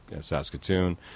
Saskatoon